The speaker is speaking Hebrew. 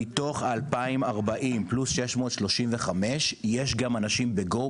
מתוך ה-2,040 פלוס ה-635 אנשים יש גם אנשים ב-GO,